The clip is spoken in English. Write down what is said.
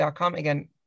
Again